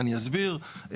אני אסביר.